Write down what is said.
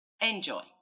Enjoy